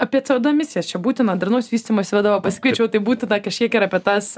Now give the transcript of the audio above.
apie co du emisijas čia būtina darnaus vystymosi vadovą pasikviečiau tai būtina kažkiek ir apie tas